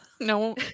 No